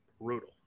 brutal